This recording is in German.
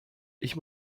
ich